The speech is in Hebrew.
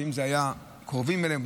לפעמים אלה היו קרובים אליהם,